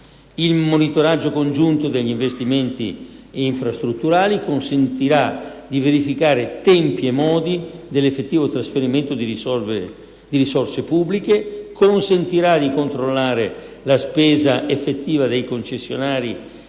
Il monitoraggio congiunto degli investimenti infrastrutturali consentirà di verificare tempi e modi dell'effettivo trasferimento di risorse pubbliche, consentirà di controllare la spesa effettiva dei concessionari